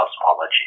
cosmology